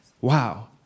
wow